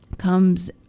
comes